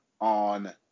on